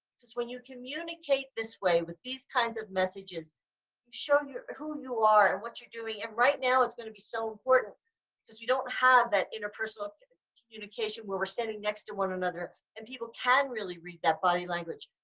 because when you communicate this way with these kinds of messages you show who you are and what you're doing and right now it's gonna be so important because we don't have that interpersonal communication where we're standing next to one another and people can really read that body language.